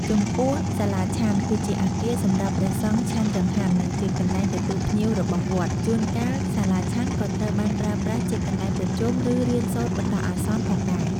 ចំពោះសាលាឆាន់គឺជាអគារសម្រាប់ព្រះសង្ឃឆាន់ចង្ហាន់ និងជាកន្លែងទទួលភ្ញៀវរបស់វត្ត ជួនកាលសាលាឆាន់ក៏ត្រូវបានប្រើប្រាស់ជាកន្លែងប្រជុំ ឬរៀនសូត្របណ្តោះអាសន្នផងដែរ។